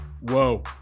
Whoa